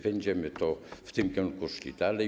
Będziemy w tym kierunku szli dalej.